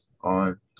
on